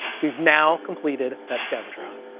we've now completed that scavenger hunt.